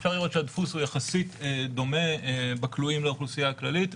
אפשר לראות שהדפוס הוא יחסית דומה בכלואים לאוכלוסייה הכללית,